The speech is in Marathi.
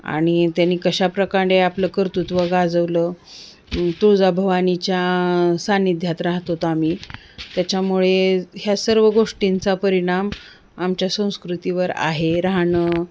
आणि त्यांनी कशाप्रकारने आपलं कर्तृत्व गाजवलं तुळजाभवानीच्या सान्निध्यात राहत होतो आम्ही त्याच्यामुळे ह्या सर्व गोष्टींचा परिणाम आमच्या संस्कृतीवर आहे राहणं